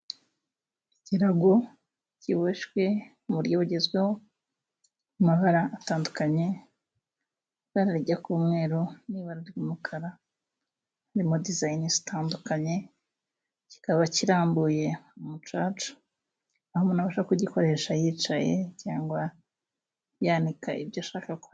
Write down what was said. Ikirago kiboshwe mu buryo bugezweho, mu mabara atandukanye, ibara rijya kuba umweru n'ibara ry'umukara, harimo dizayine zitandukanye, kikaba kirambuye ku mucaca, aho umuntu abasha kugikoresha yicaye cyangwa yanika ibyo ashaka kwanika.